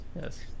Yes